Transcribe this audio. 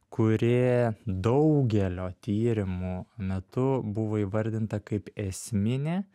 kuri daugelio tyrimų metu buvo įvardinta kaip esminė